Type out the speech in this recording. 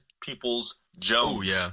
Peoples-Jones